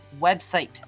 website